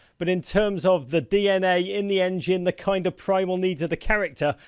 but in terms of the dna in the engine, the kind of primal needs of the character,